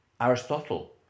Aristotle